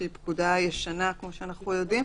שהיא פקודה ישנה כפי שאנחנו יודעים.